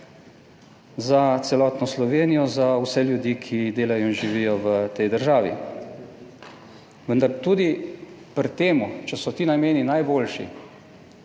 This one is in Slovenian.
za celotno Slovenijo, za vse ljudi, ki delajo in živijo v tej državi. Vendar tudi pri tem, če so ti nameni najboljši